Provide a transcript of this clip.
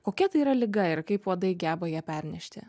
kokia tai yra liga ir kaip uodai geba ją pernešti